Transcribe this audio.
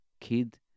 kid